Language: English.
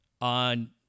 on